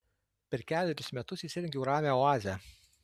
per kelerius metus įsirengiau ramią oazę